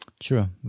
sure